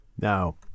Now